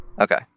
Okay